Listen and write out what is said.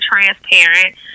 transparent